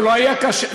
זה לא היה קל.